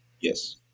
Yes